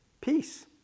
Peace